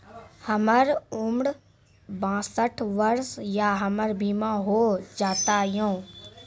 हमर उम्र बासठ वर्ष या हमर बीमा हो जाता यो?